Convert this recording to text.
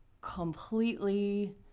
completely